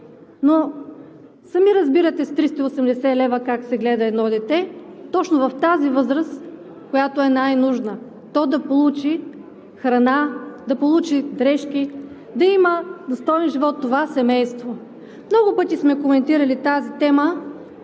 Но сами разбирате как се гледа едно дете с 380 лв., точно в тази възраст, в която е най-нужно то да получи храна, да получи дрешки, да има достоен живот това семейство. Много пъти сме коментирали тази тема.